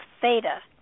theta